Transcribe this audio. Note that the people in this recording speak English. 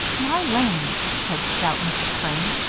my land! said stout mrs. crane.